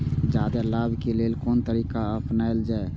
जादे लाभ के लेल कोन तरीका अपनायल जाय?